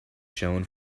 shown